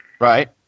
Right